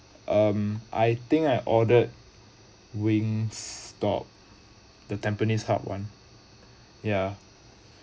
um I think I ordered wingstop the tampines hub one ya